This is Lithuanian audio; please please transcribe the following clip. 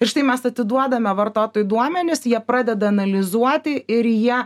ir štai mes atiduodame vartotojui duomenis jie pradeda analizuoti ir jie